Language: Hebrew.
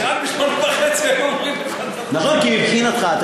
שרק ב-20:30 היו אומרים לך את התוצאה.